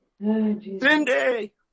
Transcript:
Cindy